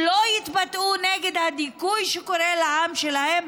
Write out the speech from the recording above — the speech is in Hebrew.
שלא יתבטאו נגד הדיכוי של העם שלהם?